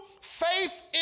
faith